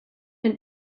been